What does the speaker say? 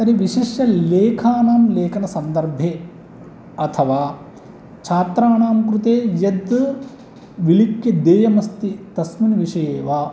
तर्हि विशिष्यलेखानां लेखनसन्दर्भे अथवा छात्राणां कृते यत् विलिख्य देयमस्ति तस्मिन् विषये वा